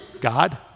God